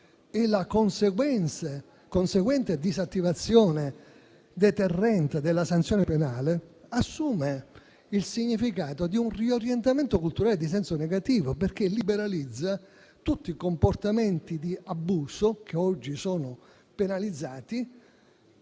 la conseguente disattivazione deterrente della sanzione penale assumono il significato di un riorientamento culturale in senso negativo, perché liberalizza tutti i comportamenti di abuso - che oggi sono penalizzati